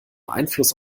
einfluss